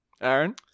Aaron